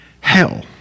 hell